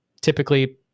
typically